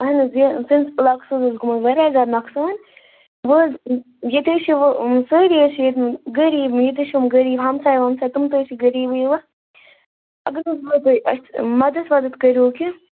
اَہَن حظ یہِ سٲنِس علاقَس حظ اوس گوٚمُت واریاہ زیادٕ نۄقصان وۅنۍ حظ ییٚتہِ حظ چھِ وۅنۍ یِم سٲری حظ چھِ ییٚتہِ غریٖب ییٚتہِ حظ چھِ یِم غریٖب ہَمساے وَمساے تِم تہِ حظ چھِ غریٖبٕے یوٚت اگر حظ وۅنۍ تُہۍ اَسہِ مَدَت وَدَت کٔرۍہوٗ کیٚںٛہہ